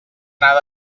anar